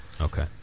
Okay